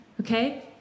Okay